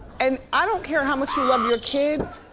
and i don't care how much you love your kids.